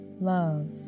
love